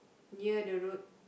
near the road